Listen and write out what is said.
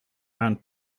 bound